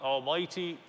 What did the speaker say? Almighty